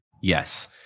Yes